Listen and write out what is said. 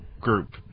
group